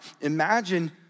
imagine